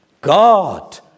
God